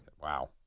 Wow